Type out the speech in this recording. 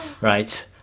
Right